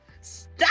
Stop